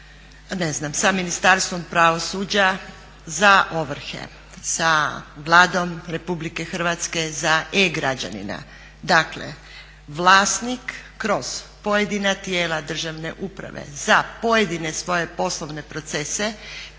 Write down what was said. nagodbe, sa Ministarstvom pravosuđa za ovrhe, sa Vladom Republike Hrvatske za e-građanina. Dakle vlasnik kroz pojedina tijela državne uprave za pojedine svoje poslovne procese